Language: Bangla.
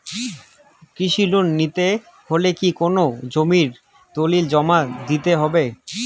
কৃষি লোন নিতে হলে কি কোনো জমির দলিল জমা দিতে হবে?